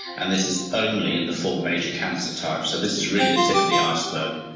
and this is only in the four major cancer types, so this is really the tip of the iceberg.